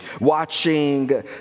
watching